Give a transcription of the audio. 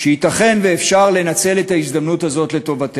שייתכן שאפשר לנצל לטובתנו.